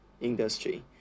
industry